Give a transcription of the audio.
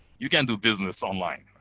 you can't do business online,